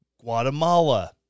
Guatemala